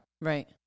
Right